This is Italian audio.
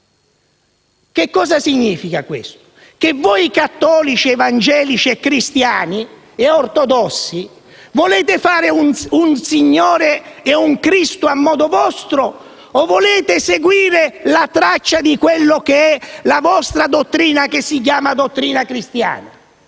Che cosa significa questo? Voi cattolici, evangelici, cristiani e ortodossi volete fare un Signore e un Cristo a modo vostro, o volete seguire la traccia che vi è stata data dalla vostra dottrina che si chiama dottrina cristiana?